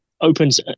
opens